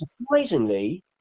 surprisingly